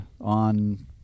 on